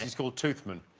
and called tooth minh